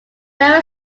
very